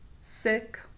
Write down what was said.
Sick